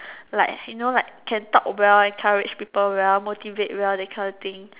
like you know like can talk well encourage people well motivate well that kind of thing